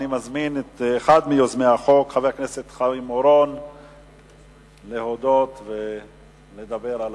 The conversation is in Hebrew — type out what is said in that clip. אני קובע שהצעת החוק זכויות החולה (תיקון מס' 4),